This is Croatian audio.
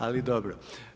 Ali dobro.